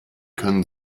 können